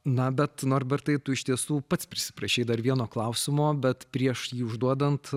na bet norbertai tu iš tiesų pats prisiprašei dar vieno klausimo bet prieš jį užduodant